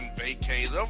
vacation